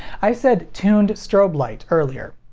i said tuned strobe light earlier.